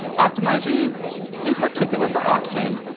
optimizing in particular for octane,